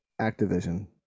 Activision